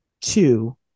two